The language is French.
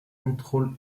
contrôle